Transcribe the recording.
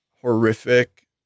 horrific